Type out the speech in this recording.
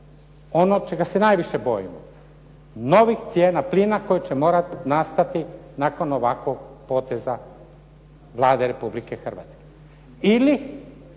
ono čega se najviše bojimo, novih cijena plina koje će morati nastati nakon ovakvog poteza Vlade Republike Hrvatske